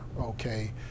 Okay